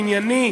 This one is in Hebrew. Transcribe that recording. ענייני,